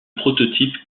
prototype